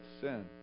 sin